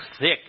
thick